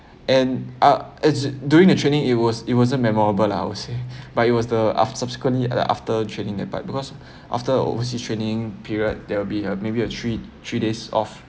and uh as in during the training it was it wasn't memorable lah I would say but it was the uh subsequently like after training that part because after overseas training period there will be a maybe a three three days off